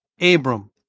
Abram